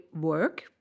work